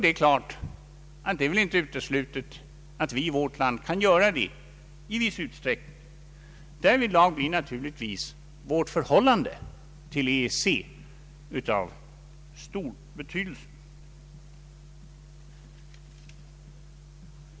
Det är väl inte heller uteslutet att vårt land kan göra det i viss utsträckning. Därvidlag blir naturligtvis vårt förhållande till EEC av stor betydelse.